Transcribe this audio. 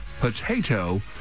potato